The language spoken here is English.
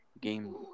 game